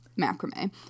macrame